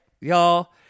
Y'all